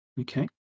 Okay